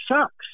sucks